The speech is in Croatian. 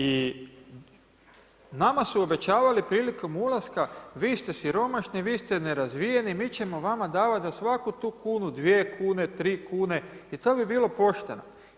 I nama su obećavali prilikom ulaska vi ste siromašni, vi ste nerazvijeni, mi ćemo vama davat za svaku tu kunu dvije kune, tri kune i to bi bilo i pošteno.